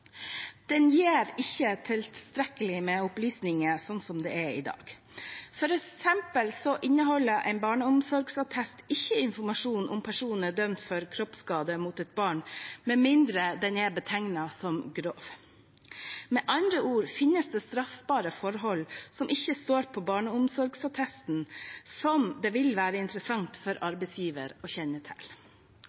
Den gir ikke tilstrekkelig med opplysninger sånn det er i dag. For eksempel inneholder en barneomsorgsattest ikke informasjon om personen er dømt for kroppsskade mot et barn, med mindre den er betegnet som grov. Med andre ord finnes det straffbare forhold som ikke står på barneomsorgsattesten som det vil være interessant for arbeidsgiveren å kjenne til.